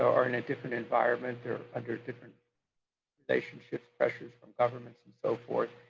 are in a different environment. they're under different relationships, pressures from governments, and so forth,